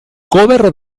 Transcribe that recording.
cover